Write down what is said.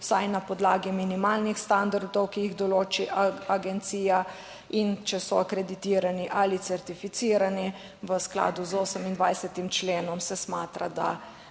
vsaj na podlagi minimalnih standardov, ki jih določi agencija in če so akreditirani ali certificirani v skladu z 28. členom se smatra, da